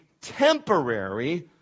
temporary